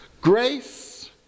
Grace